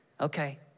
Okay